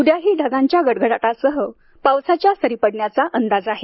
उद्याही ढगांच्या गडगडाटासह पावसाच्या सरी पडण्याचा अंदाज आहे